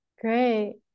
Great